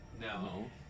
No